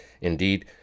indeed